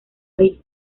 ahí